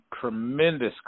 tremendous